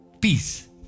peace